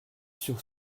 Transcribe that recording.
sur